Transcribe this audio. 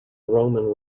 roman